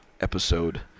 episode